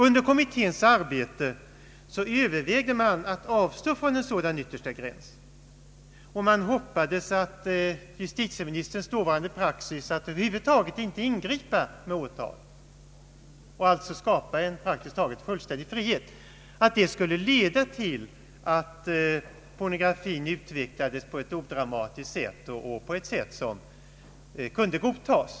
Under kommitténs arbete övervägde man att avstå från en sådan yttersta gräns, och man hoppades att justitie ministerns dåvarande praxis att över huvud taget inte ingripa med åtal och alltså skapa en praktiskt taget fullständig frihet skulle leda till att pornografin utvecklades på ett odramatiskt sätt och på ett sätt som kunde godtas.